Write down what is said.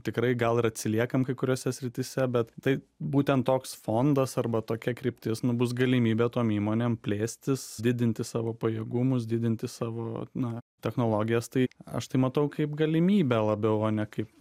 tikrai gal ir atsiliekam kai kuriose srityse bet tai būtent toks fondas arba tokia kryptis nu bus galimybė tom įmonėm plėstis didinti savo pajėgumus didinti savo na technologijas tai aš tai matau kaip galimybę labiau o ne kaip